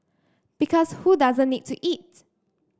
because who doesn't need to eat